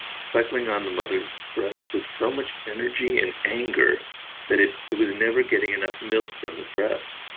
suckling on the mother's breast with so much energy and anger that it it was never getting enough milk from the breast.